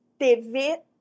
TV